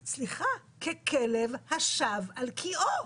סליחה, ככלב השב על קיאו.